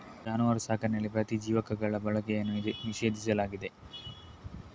ಜಾನುವಾರು ಸಾಕಣೆಯಲ್ಲಿ ಪ್ರತಿಜೀವಕಗಳ ಬಳಕೆಯನ್ನು ನಿಷೇಧಿಸಲಾಗಿದೆ